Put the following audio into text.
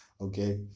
Okay